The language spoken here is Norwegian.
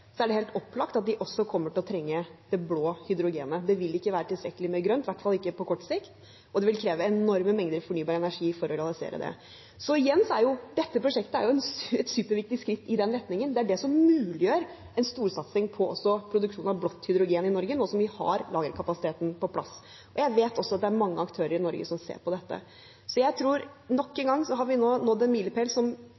er det helt opplagt at de også kommer til å trenge det. Det vil ikke være tilstrekkelig med grønt, i hvert fall ikke på kort sikt, og det vil kreve enorme mengder fornybar energi å realisere det. Så igjen: Dette prosjektet er et superviktig skritt i den retningen. Det er det som muliggjør en storsatsing også på produksjon av blått hydrogen i Norge, nå som vi har lagringskapasiteten på plass. Jeg vet også at det er mange aktører som ser på dette, i Norge. Jeg tror vi nok en